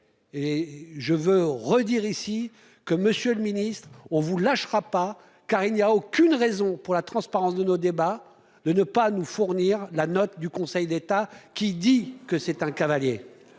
et je veux redire ici que Monsieur le Ministre on vous lâchera pas car il n'y a aucune raison pour la transparence de nos débats, de ne pas nous fournir la note du Conseil d'État qui dit que c'est un cavalier.